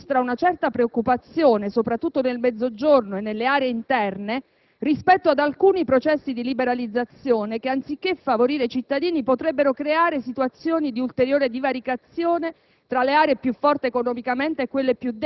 Vorrei, comunque, sottolineare che si registra una certa preoccupazione, soprattutto nel Mezzogiorno e nelle aree interne, rispetto ad alcuni processi di liberalizzazione che, anziché favorire i cittadini, potrebbero creare situazioni di ulteriore divaricazione